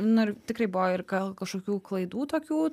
nu ir tikrai buvo ir gal kažkokių klaidų tokių